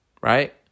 Right